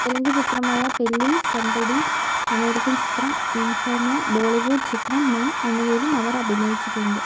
തെലുങ്ക് ചിത്രമായ പെല്ലി സന്ദഡി അമേരിക്കൻ ചിത്രം ഇൻഫെർനോ ബോളിവുഡ് ചിത്രം മൻ എന്നിവയിലും അവർ അഭിനയിച്ചിട്ടുണ്ട്